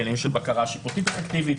לעניינים של בקרה שיפוטית אפקטיבית,